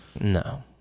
no